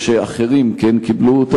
ואחרים כן קיבלו.